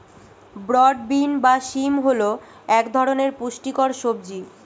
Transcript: broad bean বা শিম হল এক ধরনের পুষ্টিকর সবজি